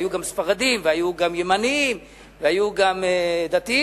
היו גם ספרדים והיו גם ימנים והיו גם דתיים,